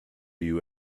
you